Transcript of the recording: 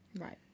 Right